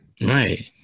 right